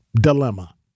dilemma